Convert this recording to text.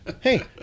Hey